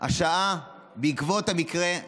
השעה בעקבות המקרה.